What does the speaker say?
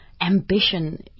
ambition